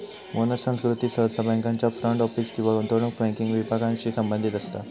bonus संस्कृती सहसा बँकांच्या फ्रंट ऑफिस किंवा गुंतवणूक बँकिंग विभागांशी संबंधित असता